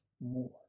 more